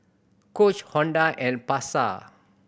Coach Honda and Pasar